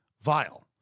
vile